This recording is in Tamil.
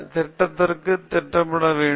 மக்கள் அதை சிறப்பாக திட்டமிட முடியும்